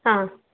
ಹಾಂ